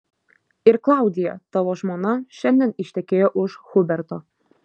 ir klaudija tavo žmona šiandien ištekėjo už huberto